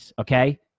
okay